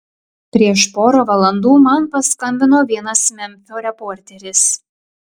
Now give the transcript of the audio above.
prieš porą valandų man paskambino vienas memfio reporteris